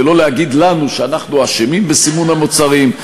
ולא להגיד לנו שאנחנו אשמים בסימון המוצרים.